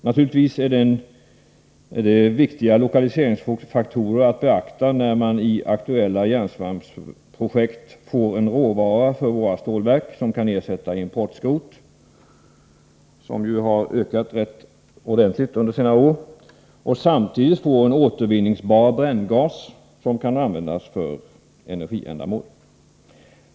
Naturligtvis är det viktiga lokaliseringsfaktorer som man har att beakta när man i aktuella järnsvampsprojekt får en råvara för våra stålverk som kan ersätta importen av skrot, som ju ökat rätt ordentligt under senare år. Samtidigt får man också en återvinningsbar bränngas, som kan användas för energiändamål.